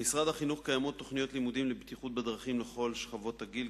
במשרד החינוך קיימות תוכניות לימודים לבטיחות בדרכים לכל שכבות הגיל,